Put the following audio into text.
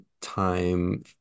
time